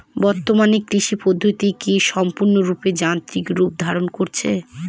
বর্তমানে কৃষি পদ্ধতি কি সম্পূর্ণরূপে যান্ত্রিক রূপ ধারণ করেছে?